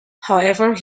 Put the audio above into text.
however